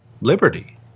liberty